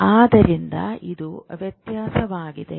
ಆದ್ದರಿಂದ ಇದು ವ್ಯತ್ಯಾಸವಾಗಿದೆ